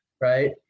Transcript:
right